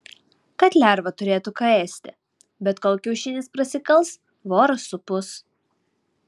kad lerva turėtų ką ėsti bet kol kiaušinis prasikals voras supus